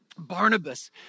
Barnabas